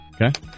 Okay